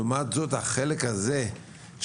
לעומת זה החלק של ההתכנסות